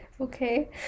Okay